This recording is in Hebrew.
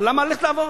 למה ללכת לעבוד?